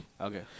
okay